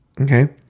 Okay